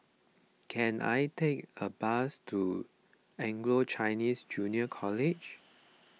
can I take a bus to Anglo Chinese Junior College